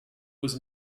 was